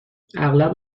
اغلب